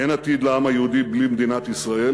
אין עתיד לעם היהודי בלי מדינת ישראל,